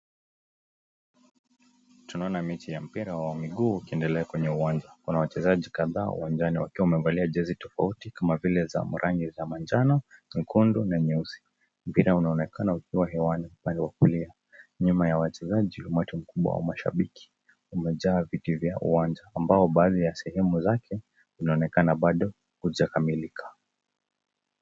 Tunaona mechi ya mpira wa miguu ukiendelea kwenye uwanja. Kuna wachezaji kadhaa uwanjani wakiwa wamevalia jezi tofauti kama vile za rangi za manjano, nyekundu na nyeusi. Mpira unaonekana ukiwa hewani upande wa kulia. Nyuma ya wachezaji umati mkubwa wa mashambiki umejaa viti vya uwanja ambao baadhi ya sehemu zake inaonekana bado hujakamilika.